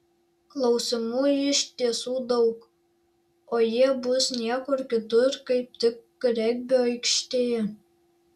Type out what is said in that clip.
klausimų iš tiesų daug o jie bus niekur kitur kaip tik regbio aikštėje